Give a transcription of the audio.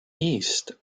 east